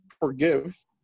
forgive